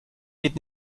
geht